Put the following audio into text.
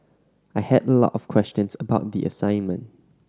I had a lot of questions about the assignment